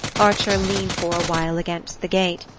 archer leaned for a while against the gate.